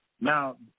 Now